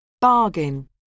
bargain